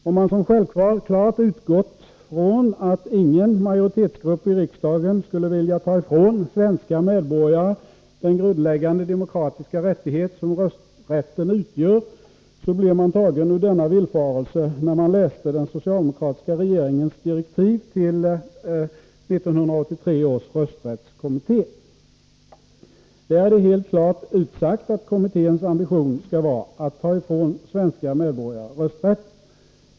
Om man som självklart utgått från att ingen majoritetsgruppi riksdagen skulle vilja ta ifrån svenska medborgare den grundläggande demokratiska rättighet som rösträtten utgör, blev man tagen ur denna villfarelse när man läste den socialdemokratiska regeringens direktiv till 1983 års rösträttskommitté. Där är det helt klart utsagt att kommitténs ambition skall vara att ta ifrån svenska medborgare rösträtten.